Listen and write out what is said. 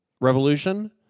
Revolution